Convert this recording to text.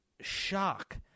shock